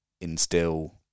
instill